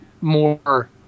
more